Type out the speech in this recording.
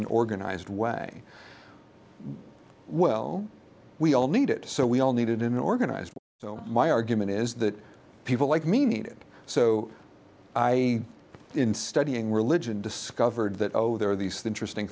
an organized way well we all need it so we all need it in organized so my argument is that people like me need it so i in studying religion discovered that oh there are these the trysting